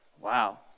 wow